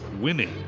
Winning